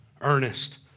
earnest